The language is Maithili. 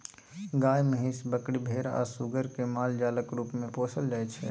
गाय, महीस, बकरी, भेरा आ सुग्गर केँ मालजालक रुप मे पोसल जाइ छै